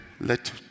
Let